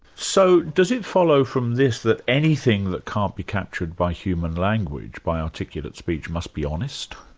so does it follow from this that anything that can't be captured by human language, by articulate speech, must be honest?